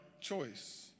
choice